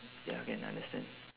ya can understand